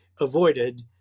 avoided